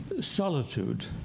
solitude